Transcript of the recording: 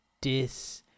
dis